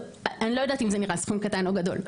אני לא יודעת אם זה נראה סכום קטן או גדול,